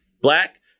black